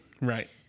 Right